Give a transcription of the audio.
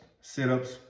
sit-ups